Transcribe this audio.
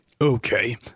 Okay